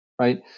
right